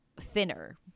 thinner